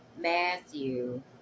Matthew